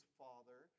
father